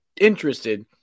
interested